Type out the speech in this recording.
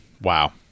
wow